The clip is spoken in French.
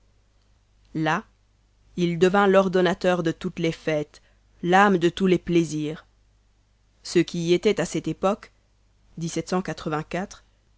là il devint l'ordonnateur de toutes les fêtes l'âme de tous les plaisirs ceux qui y étaient à cette époque